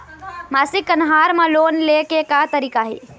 मासिक कन्हार म लोन ले के का तरीका हे?